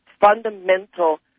fundamental